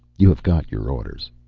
you have got your orders.